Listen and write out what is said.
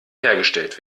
hergestellt